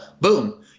boom